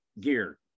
gear